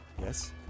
Yes